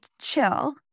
chill